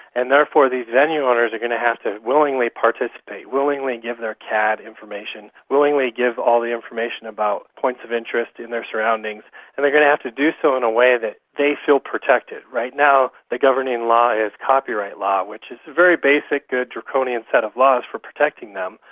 and therefore these venue owners are going to have to willingly participate, willingly give their cad information, willingly give all the information about points of interest in their surroundings, and they're going to have to do so in a way that they feel protected. right now the governing law is copyright law, which is a very basic, good, draconian set of laws for protecting them,